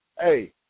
hey